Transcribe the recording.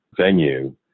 venue